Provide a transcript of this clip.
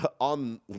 on